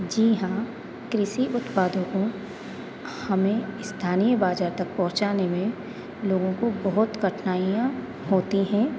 जी हाँ कृषि उत्पादों को हमें स्थानीय बाजार तक पहुँचाने में लोगों को बहुत कठिनाइयाँ होती हैं